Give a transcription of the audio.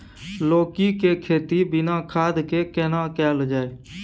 लौकी के खेती बिना खाद के केना कैल जाय?